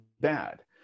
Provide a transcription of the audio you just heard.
bad